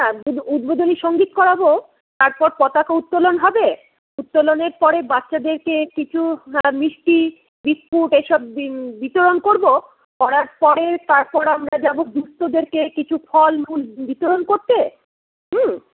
হ্যাঁ উদ্বোধনী সংগীত করাবো তারপর পতাকা উত্তোলন হবে উত্তোলনের পরে বাচ্চাদেরকে কিছু মিষ্টি বিস্কুট এইসব বিতরণ করবো করার পরে তারপর আমরা যাবো দুঃস্থদেরকে কিছু ফলমূল বিতরণ করতে হুম